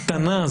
קטנה,